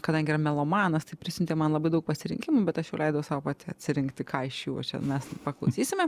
kadangi yra melomanas tai prisiuntė man labai daug pasirinkimų bet aš jau leidau sau pati atsirinkti ką iš jų čia mes paklausysime